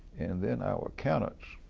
and then our accountants